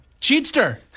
Cheatster